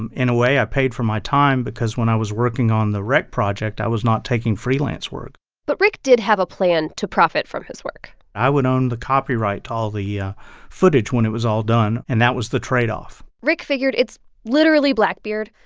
and in a way, i paid for my time because when i was working on the wreck project, i was not taking freelance work but rick did have a plan to profit from his work i would own the copyright to all the yeah footage when it was all done, and that was the trade-off rick figured it's literally blackbeard,